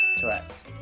Correct